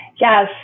Yes